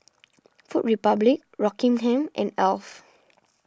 Food Republic Rockingham and Alf